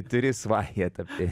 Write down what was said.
turi svają tapti